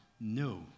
no